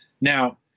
Now